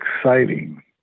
exciting